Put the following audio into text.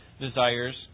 desires